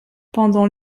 pendant